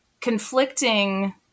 conflicting